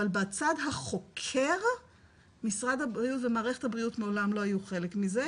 אבל בצד החוקר משרד הבריאות ומערכת הבריאות מעולם לא היו חלק מזה,